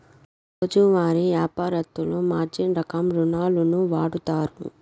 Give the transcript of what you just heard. రోజువారీ యాపారత్తులు మార్జిన్ రకం రుణాలును వాడుతారు